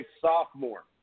sophomore